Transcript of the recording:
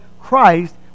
Christ